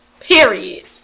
Period